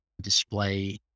display